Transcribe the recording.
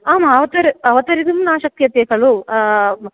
आम् अवतर अवतरितुं न शक्यते खलु